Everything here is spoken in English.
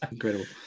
Incredible